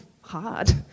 hard